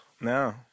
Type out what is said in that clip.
No